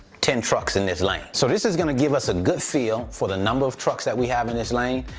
ten trucks in this lane. so this is gonna give us a good feel for the number of trucks that we have in this lane.